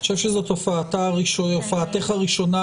אני חושב שזאת הופעתך הראשונה